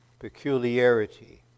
peculiarity